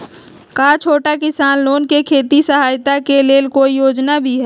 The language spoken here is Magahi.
का छोटा किसान लोग के खेती सहायता के लेंल कोई योजना भी हई?